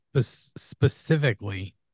specifically